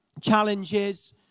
challenges